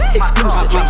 exclusive